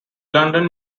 london